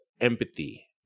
empathy